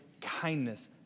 kindness